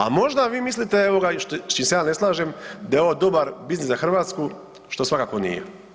A možda vi mislite evo ga i s čim se ja ne slažem da je ovo dobar biznis za Hrvatsku, što svakako nije.